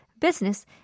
business